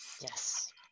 Yes